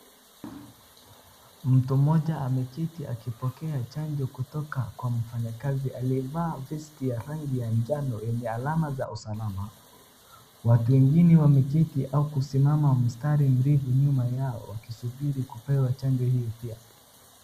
Mtu mmoja ameketi akipokea chanjo kutoka kwa mfanyikazi aliyevaa vesti ya rangi ya njano yenye alama za usalama, watu wengine wameketi au kusimama mstari mrefu nyuma yao wakisubiri kupewa chanjo hiyo pia.